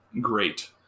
great